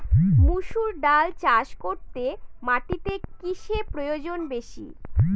মুসুর ডাল চাষ করতে মাটিতে কিসে প্রয়োজন বেশী?